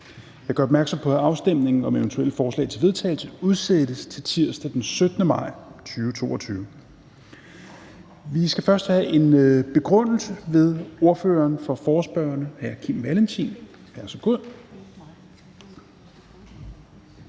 Jeg gør opmærksom på, at afstemningen om eventuelle forslag til vedtagelse udsættes til tirsdag den 17. maj 2022. Vi skal først have en begrundelse ved ordføreren for forespørgerne, hr. Kim Valentin. Værsgo.